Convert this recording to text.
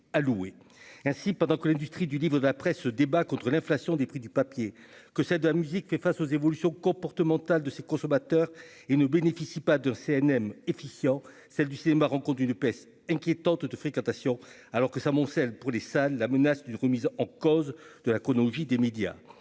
ainsi pendant que l'industrie du niveau d'après ce débat contre l'inflation des prix du papier que c'est de la musique fait face aux évolutions comportementales de ses consommateurs et ne bénéficient pas de CNM efficient, celle du cinéma, rencontre une baisse inquiétante de fréquentation alors que s'amoncellent pour les salles, la menace d'une remise en cause de la chronologie des médias,